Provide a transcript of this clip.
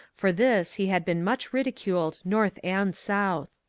for this he had been much ridiculed north and south.